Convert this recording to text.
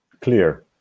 Clear